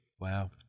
Wow